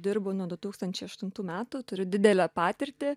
dirbu nuo du tūkstančiai aštuntų metų turiu didelę patirtį